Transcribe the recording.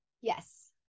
Yes